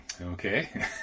okay